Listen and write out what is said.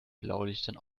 blaulichtern